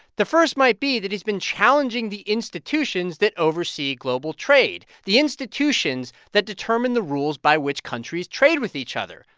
the first might be that he's been challenging challenging the institutions that oversee global trade, the institutions that determine the rules by which countries trade with each other,